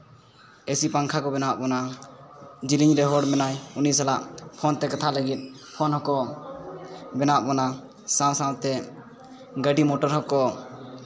AC ᱯᱟᱝᱠᱷᱟ ᱠᱚ ᱵᱮᱱᱟᱣᱟᱜ ᱵᱚᱱᱟ ᱡᱤᱞᱤᱧ ᱨᱮ ᱦᱚᱲ ᱢᱮᱱᱟᱭ ᱩᱱᱤ ᱥᱟᱞᱟᱜ ᱯᱷᱳᱱ ᱛᱮ ᱠᱟᱛᱷᱟᱜ ᱞᱟᱹᱜᱤᱫ ᱯᱷᱳᱱ ᱦᱚᱸᱠᱚ ᱵᱮᱱᱟᱣᱟᱜ ᱵᱚᱱᱟ ᱥᱟᱶ ᱥᱟᱶᱛᱮ ᱜᱟᱹᱰᱤ ᱢᱚᱴᱚᱨ ᱦᱚᱸᱠᱚ